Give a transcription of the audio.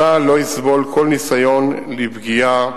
צה"ל לא יסבול כל ניסיון לפגיעה